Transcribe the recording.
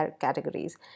categories